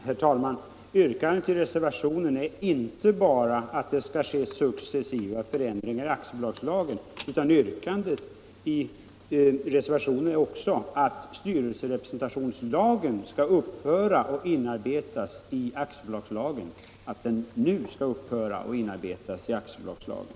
Herr talman! Yrkandet i reservationen är inte bara att det skall ske successiva förändringar i aktiebolagslagen, utan också att styrelserepresentationslagen nu skall upphöra och att dess bestämmelser i stället skall inarbetas i aktiebolagslagen.